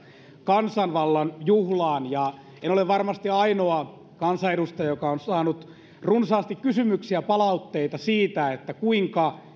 kansanvallan juhlaan ja en ole varmasti ainoa kansanedustaja joka on saanut runsaasti kysymyksiä ja palautteita siitä kuinka